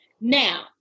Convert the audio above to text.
Now